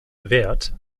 wert